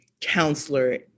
counselor